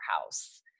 house